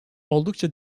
oldukça